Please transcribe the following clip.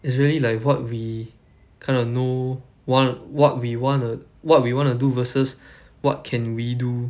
it's really like what we kind of know wha~ what we want to what we wanna do versus what can we do